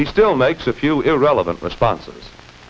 he still makes a few irrelevant responses